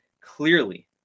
Clearly